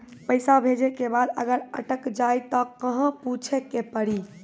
पैसा भेजै के बाद अगर अटक जाए ता कहां पूछे के पड़ी?